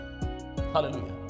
Hallelujah